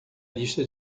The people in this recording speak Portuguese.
lista